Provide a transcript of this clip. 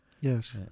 Yes